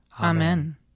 Amen